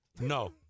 No